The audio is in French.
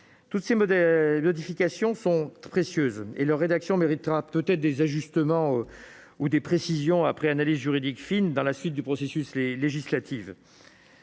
Toutes ces modifications sont précieuses, même si leur rédaction nécessitera peut-être des ajustements ou des précisions après analyse juridique fine dans la suite du processus législatif.